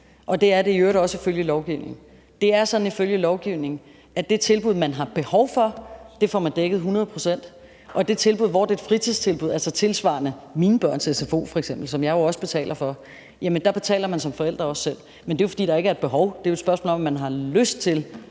og det er det i øvrigt også ifølge lovgivningen. Ifølge lovgivningen er det sådan, at det tilbud, man har behov for, får man dækket 100 pct., og det tilbud, som er et fritidstilbud – f.eks. tilsvarende mine børns sfo, som jeg jo også betaler for – betaler man som forældre selv. Men det er jo, fordi der ikke er et behov. Det er jo et spørgsmål om, at man har lyst til,